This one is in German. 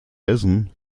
essen